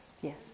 Yes